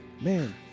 Man